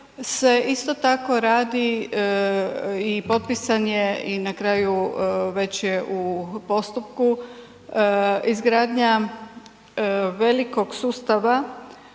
se isto tako radi i potpisan je i na kraju već je u postupku izgradnja velikog sustava